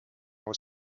was